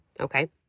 Okay